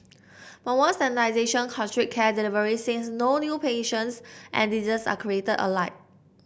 but won't standardisation constrict care delivery since no new patients and disease are created alike